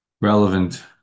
relevant